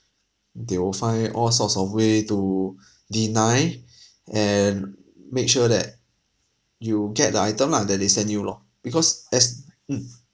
they will find all sorts of way to deny and make sure that you get the item lah that they send you lor because as mm